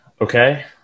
okay